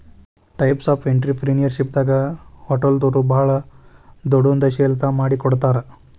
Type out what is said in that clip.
types of ಎನ್ಟ್ರಿಪ್ರಿನಿಯರ್ಶಿಪ್ನ್ಯಾಗ ಹೊಟಲ್ದೊರು ಭಾಳ್ ದೊಡುದ್ಯಂಶೇಲತಾ ಮಾಡಿಕೊಡ್ತಾರ